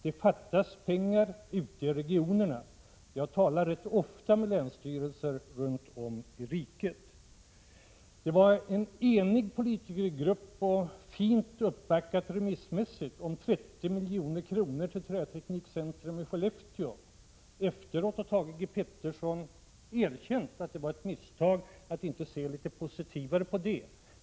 Det fattas pengar ute i regionerna. Jag talar rätt ofta med länsstyrelser runt om i riket. En enig politikergrupp förordade — och det var fint uppbackat remissmässigt — 30 milj.kr. till Träteknikcentrum i Skellefteå. Efteråt har Thage G. Peterson erkänt att det var ett misstag att inte se mera positivt på det.